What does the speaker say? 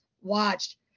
watched